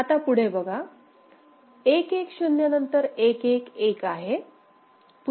आता पुढे बघा 1 1 0 नंतर 1 1 1 आहे